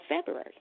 February